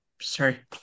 sorry